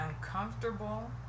uncomfortable